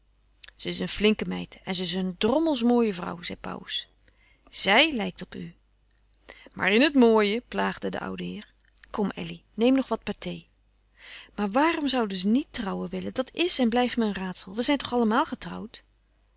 ze is een flinke meid en ze is een drommels mooie vrouw zei pauws zij lijkt op u maar in het mooie plaagde de oude heer kom elly neem nog wat pâté maar waarom ze niet trouwen willen dat is en blijft me een raadsel we zijn toch allemaal getrouwd